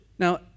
Now